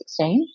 2016